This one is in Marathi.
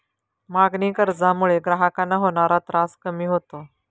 मागणी कर्जामुळे ग्राहकांना होणारा त्रास कमी होतो